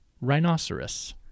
Rhinoceros